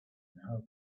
help